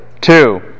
two